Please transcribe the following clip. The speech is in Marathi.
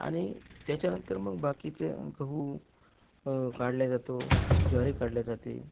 आणि त्याच्यानंतर मग बाकीचे गहू काढला जातो ज्वारी काढली जाते